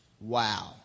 wow